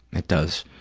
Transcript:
it does.